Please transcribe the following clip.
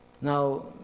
Now